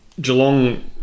Geelong